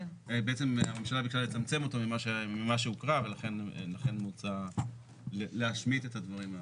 בעצם הממשלה ביקשה לצמצם אותו ממה שהוקרא ולכן מוצע להשמיט את הדברים.